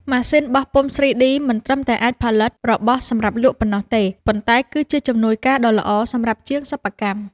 ម៉ាស៊ីនបោះពុម្ព 3D មិនត្រឹមតែអាចផលិតរបស់សម្រាប់លក់ប៉ុណ្ណោះទេ ប៉ុន្តែ គឺ ជាជំនួយការដ៏ល្អសម្រាប់ជាងសិប្បកម្ម។